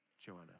Joanna